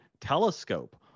telescope